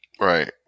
right